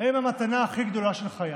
הם המתנה הכי גדולה של חיי.